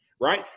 right